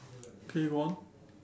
okay go on